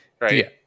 Right